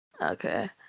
Okay